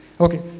Okay